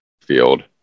field